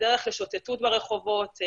הדרך לשוטטות ברחובות,